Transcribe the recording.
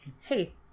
Hey